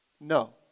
No